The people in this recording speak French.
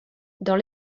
dans